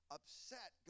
upset